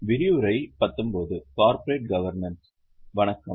வணக்கம்